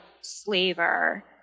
slaver